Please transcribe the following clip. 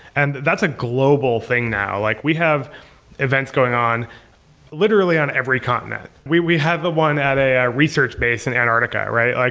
and that's a global thing now. like we have events going on literally on every continent. we we have the one at a a research base in antarctica, right? like